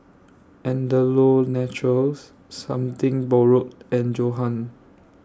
Andalou Naturals Something Borrowed and Johan